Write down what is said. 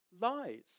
lies